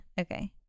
Okay